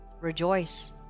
Rejoice